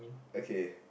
okay